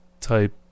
type